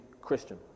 Christian